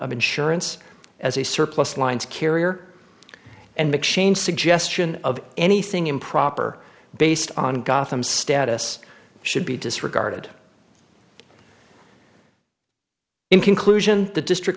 of insurance as a surplus lines carrier and mcshane suggestion of anything improper based on gotham status should be disregarded in conclusion the district